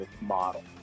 model